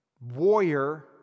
Warrior